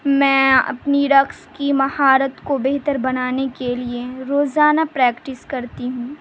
میں اپنی رقص کی مہارت کو بہتر بنانے کے لیے روزانہ پریکٹس کرتی ہوں